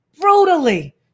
brutally